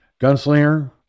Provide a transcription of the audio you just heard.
Gunslinger